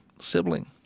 sibling